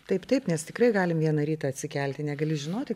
taip taip nes tikrai galim vieną rytą atsikelti negali žinoti